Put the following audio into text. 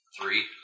Three